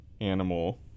animal